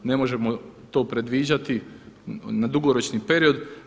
Ne možemo to predviđati na dugoročni period.